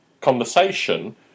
conversation